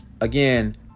Again